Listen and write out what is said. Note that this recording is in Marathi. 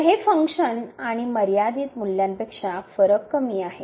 तर हे फंक्शन आणि मर्यादित मूल्यांपेक्षा फरक कमी आहे